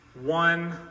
One